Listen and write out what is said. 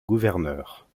gouverneur